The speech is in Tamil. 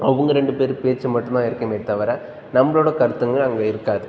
அவங்க ரெண்டு பேர் பேச்சு மட்டும் தான் இருக்குமே தவிர நம்மளோடய கருத்துகள் அங்கே இருக்காது